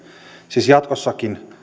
siis jatkossakin